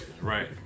Right